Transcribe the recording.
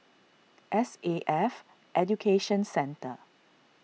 S A F Education Centre